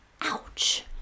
Ouch